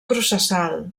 processal